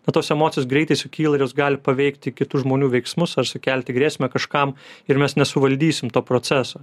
nu tos emocijos greitai sukyla ir jos gali paveikti kitų žmonių veiksmus ar sukelti grėsmę kažkam ir mes nesuvaldysim to proceso